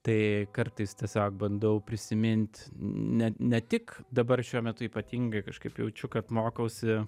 tai kartais tiesiog bandau prisimint ne tik dabar šiuo metu ypatingai kažkaip jaučiu kad mokausi